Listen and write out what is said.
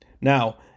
Now